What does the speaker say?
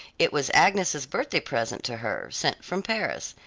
it was agnes's birthday present to her, sent from paris,